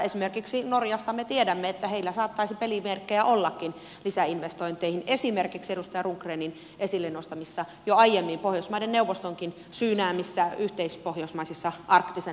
esimerkiksi norjasta me tiedämme että heillä saattaisi pelimerkkejä ollakin lisäinvestointeihin esimerkiksi edustaja rundgrenin esille nostamissa jo aiemmin pohjoismaiden neuvostonkin syynäämissä yhteispohjoismaisissa arktisen alueen hankkeissa